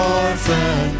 orphan